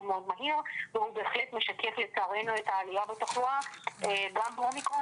מהיר והוא בהחלט משקף לצערנו את העלייה בתחלואה גם באומיקרון